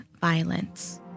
violence